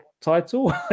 title